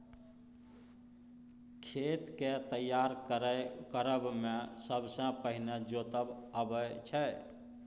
खेत केँ तैयार करब मे सबसँ पहिने जोतब अबै छै